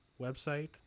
website